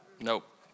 nope